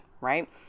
right